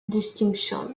distinction